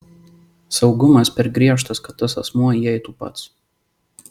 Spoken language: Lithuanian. saugumas per griežtas kad tas asmuo įeitų pats